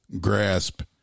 grasp